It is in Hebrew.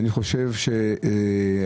אני חושב שחשובה